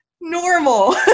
normal